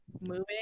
moving